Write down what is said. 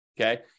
okay